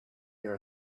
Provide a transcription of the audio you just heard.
hear